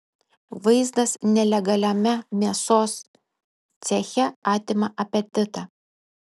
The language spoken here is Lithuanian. vaizdas nelegaliame mėsos ceche atima apetitą